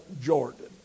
Jordan